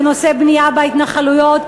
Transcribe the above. בנושאי בנייה בהתנחלויות,